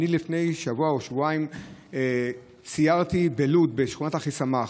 לפני שבוע או שבועיים סיירתי בלוד בשכונת אחיסמך.